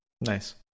Nice